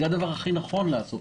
זה הדבר הכי נכון לעשותו.